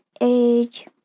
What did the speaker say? age